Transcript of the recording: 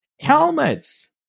helmets